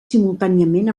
simultàniament